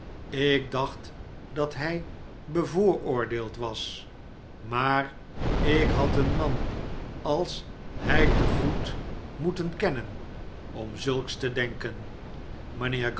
ik dacht dat hij bevooroordeeld was maar ik had een man als hij te goed moeten kennen om zulks te denken